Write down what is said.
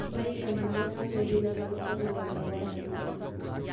ꯃꯩ ꯀꯟꯅꯕ ꯅꯪꯅ ꯌꯨꯝ ꯊꯥꯗꯣꯛꯄ ꯃꯇꯝꯗ ꯋꯥꯏꯐꯥꯏ ꯃꯨꯊꯠꯂꯨ